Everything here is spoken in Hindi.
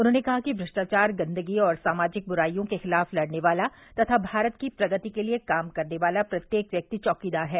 उन्होंने कहा कि भ्रष्टाचार गंदगी और सामाजिक बुराइयों के खिलाफ लड़ने वाला तथा भारत की प्रगति के लिए काम करने वाला प्रत्येक व्यक्ति चौकीदार है